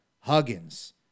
Huggins